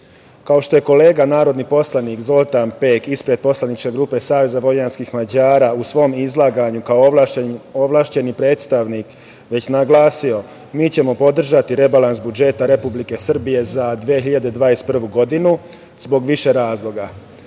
kao što je kolega Zoltan Pek ispred poslaničke grupe Saveza vojvođanskih Mađara u svom izlaganju kao ovlašćeni predstavnik već naglasio, mi ćemo podržati rebalans budžeta Republike Srbije za 2021. godinu zbog više razloga. Jedan